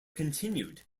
continued